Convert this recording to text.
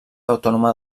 autònoma